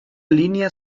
línea